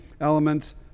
elements